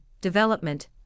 development